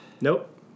Nope